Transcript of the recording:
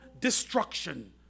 destruction